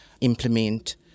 implement